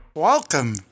Welcome